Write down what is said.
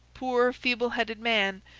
poor feeble-headed man,